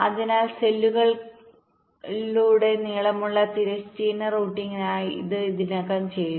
അതിനാൽ സെല്ലുകളിലുടനീളമുള്ള തിരശ്ചീന റൂട്ടിംഗിനായി ഇത് ഇതിനകം ചെയ്തു